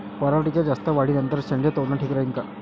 पराटीच्या जास्त वाढी नंतर शेंडे तोडनं ठीक राहीन का?